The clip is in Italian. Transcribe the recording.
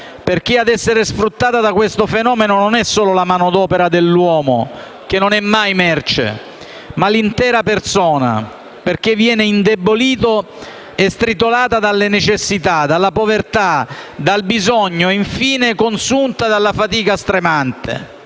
perché ad essere sfruttata da questo fenomeno non è solo la manodopera dell'uomo, che non è mai merce, ma l'intera persona, che viene indebolita e stritolata dalle necessità, dalla povertà, dal bisogno e infine consunta dalla fatica stremante.